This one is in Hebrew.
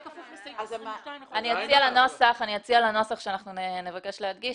אני אציע לנוסח שאנחנו נבקש להדגיש